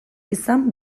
izan